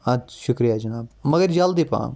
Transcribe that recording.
اَد شُکریہ جِناب مگر جَلدی پَہَم